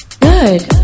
Good